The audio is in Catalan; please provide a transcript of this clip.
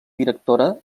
directora